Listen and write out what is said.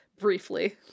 Briefly